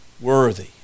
worthy